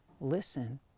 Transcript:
listen